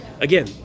Again